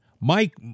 Mike